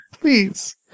Please